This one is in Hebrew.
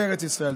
בארץ ישראל.